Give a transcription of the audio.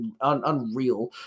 unreal